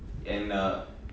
and uh